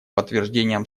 подтверждением